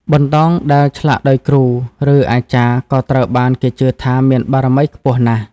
បន្តោងដែលឆ្លាក់ដោយគ្រូ ឬអាចារ្យក៏ត្រូវបានគេជឿថាមានបារមីខ្ពស់ណាស់។